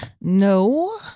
No